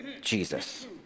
Jesus